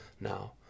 now